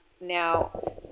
now